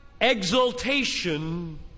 exaltation